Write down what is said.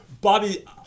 Bobby